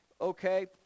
Okay